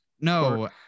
No